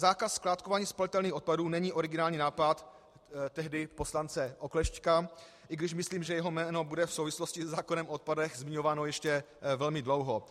Zákaz skládkování spalitelných odpadů není originální nápad tehdy poslance Oklešťka, i když myslím, že jeho jméno bude v souvislosti se zákonem o odpadech zmiňováno ještě velmi dlouho.